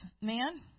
man